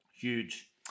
Huge